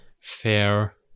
fair